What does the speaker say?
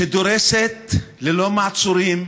שדורסת ללא מעצורים,